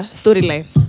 storyline